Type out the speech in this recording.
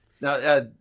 Now